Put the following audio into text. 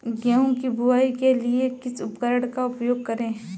गेहूँ की बुवाई के लिए किस उपकरण का उपयोग करें?